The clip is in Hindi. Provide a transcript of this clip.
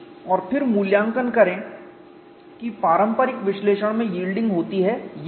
और फिर मूल्यांकन करें कि पारंपरिक विश्लेषण में यील्डिंग होती है या नहीं